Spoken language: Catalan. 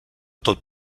tot